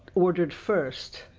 ordered first,